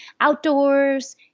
outdoors